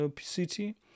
city